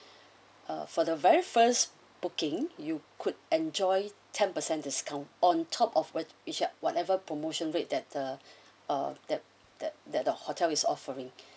uh for the very first booking you could enjoy ten percent discount on top of what which are whatever promotion rate that the ah that that that the hotel is offering